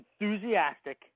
enthusiastic